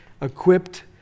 equipped